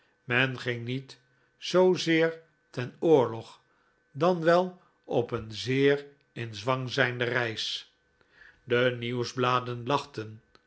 men ging niet zoozeer ten oorlog dan wel op een zeer in zwang zijnde reis de nieuwsbladen lachten